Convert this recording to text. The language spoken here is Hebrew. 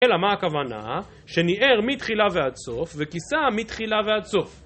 אלא מה הכוונה שניער מתחילה ועד סוף, וכיסה מתחילה ועד סוף?